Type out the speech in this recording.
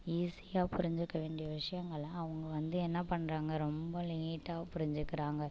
ஈசியாக புரிஞ்சிக்க வேண்டிய விஷயங்களை அவங்க வந்து என்ன பண்ணுறாங்க ரொம்ப லேட்டாக புரிஞ்சிக்கிறாங்கள்